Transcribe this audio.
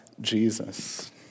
Jesus